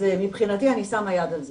מבחינתי אני שמה יד על זה.